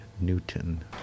Newton